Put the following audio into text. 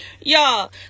y'all